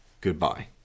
Goodbye